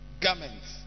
garments